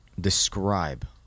describe